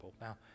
Now